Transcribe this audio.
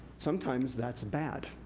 sometimes that's bad.